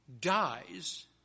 dies